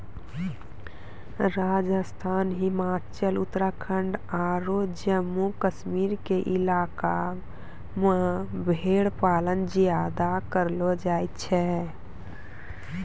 राजस्थान, हिमाचल, उत्तराखंड आरो जम्मू कश्मीर के इलाका मॅ भेड़ पालन ज्यादा करलो जाय छै